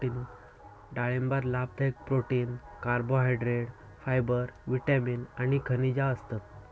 डाळिंबात लाभदायक protein, carbohydrate, fibre, vitamin आणि खनिजा असतत